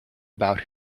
about